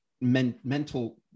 mental